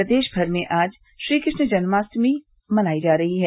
प्रदेश भर में आज श्रीकृष्ण जन्माष्टमी मनाई जा रही है